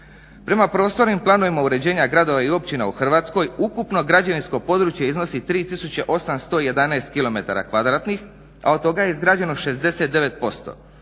Prema, prostornim planovima uređenja gradova i općina u Hrvatskoj ukupno građevinsko područje iznosi 3811 km kvadratnih, a od toga je izgrađeno 69%.